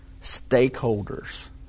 stakeholders